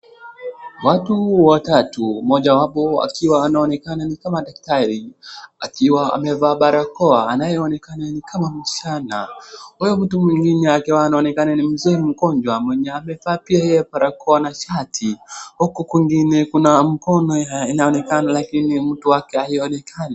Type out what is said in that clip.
Watu watatu mmoja wapo akiwa anaonekana ni kama daktari akiwa amevaa barakoa anayeonekana kama ni msichana. Huyo mtu mwingine akiwa anaonekana ni mzee mgonjwa mwenye amevaa pia yeye barakoa na shati. Huku kwingine kuna mkono inaonekana lakini mtu wake haionekani.